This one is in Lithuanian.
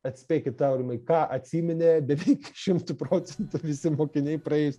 atspėkit aurimai ką atsiminė beveik šimtu procentų visi mokiniai praėjus